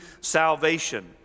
salvation